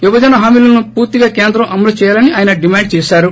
విభజన హామీలను పూర్తిగా కేంద్రం అమలు చేయాలని ఆయన డిమాండు చేసారు